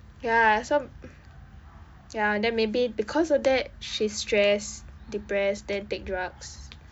ya some ya then maybe because of that she stressed depressed then take drugs